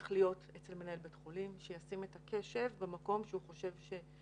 צריך להיות אצל מנהל בית חולים שישים את הקשב במקום שהוא חושב שנכון,